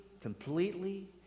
completely